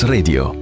Radio